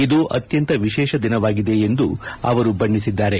ಇದು ಅತ್ಯಂತ ವಿಶೇಷ ದಿನವಾಗಿದೆ ಎಂದು ಅವರು ಬಣ್ಣಿಸಿದ್ದಾರೆ